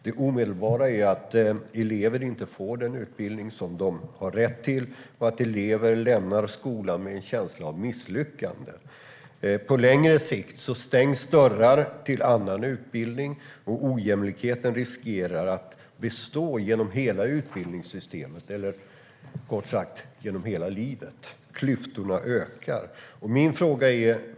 Det omedelbara är att eleverna inte får den utbildning som de har rätt till och att elever lämnar skolan med en känsla av misslyckande. På längre sikt stängs dörrar till annan utbildning, och ojämlikheten riskerar att bestå genom hela utbildningssystemet eller genom hela livet. Klyftorna ökar. Min fråga är.